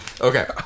Okay